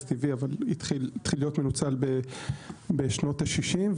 טבעי אבל התחיל להיות מנוצל בשנות ה-60,